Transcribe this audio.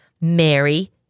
Mary